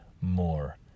more